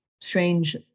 strange